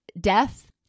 death